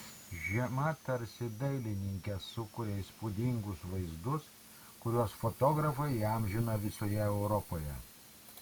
žiema tarsi dailininke sukuria įspūdingus vaizdus kuriuos fotografai įamžina visoje europoje